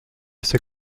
ces